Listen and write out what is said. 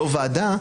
לא ועדה,